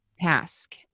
task